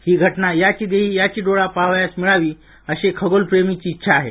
ही घटना याची देही याची डोळा पहावयास मिळावी अशी खगोल प्रेमींची इच्छा आहे